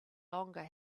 longer